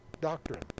doctrine